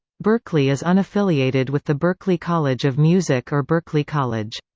berkeley is unaffiliated with the berklee college of music or berkeley college.